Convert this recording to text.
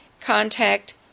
contact